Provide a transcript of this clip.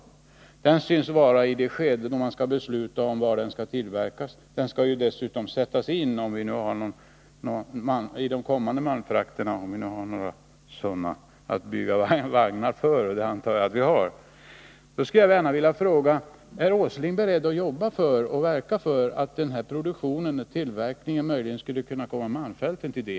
Vagnen synes nu vara i det skede då man skall besluta om var den skall tillverkas. Den skall ju dessutom sättas in i de kommande malmfrakterna — om vi nu har några sådana att bygga vagnar för, men det antar jag att vi har. Jag skulle mot den här bakgrunden vilja fråga: Är Nils Åsling beredd att verka för att den här tillverkningen kan komma malmfälten till del?